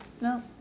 No